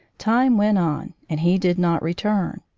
time went on and he did not return.